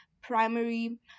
primary